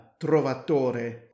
Trovatore